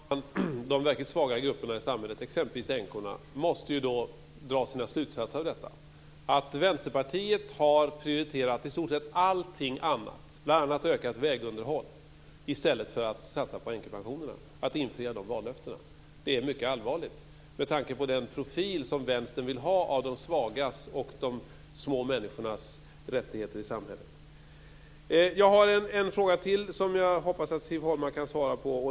Fru talman! De verkligt svaga grupperna i samhället, t.ex. änkorna, måste dra sina slutsatser av detta, dvs. att Vänsterpartiet har prioriterat i stort sett allting annat, bl.a. ökat vägunderhåll, än att infria vallöftena om änkepensionerna. Det är mycket allvarligt med tanke på den profil som Vänstern vill ha för de svaga och små människornas rättigheter i samhället. Jag har en fråga till som jag hoppas att Siv Holma kan svara på.